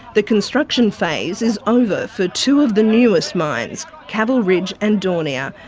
the construction phase is over for two of the newest mines, caval ridge and daunia.